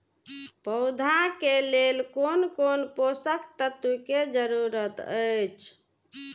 पौधा के लेल कोन कोन पोषक तत्व के जरूरत अइछ?